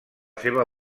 seva